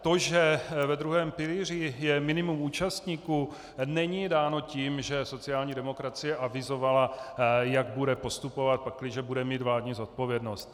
To, že ve druhém pilíři je minimum účastníků, není dáno tím, že sociální demokracie avizovala, jak bude postupovat, pakliže bude mít vládní zodpovědnost.